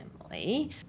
family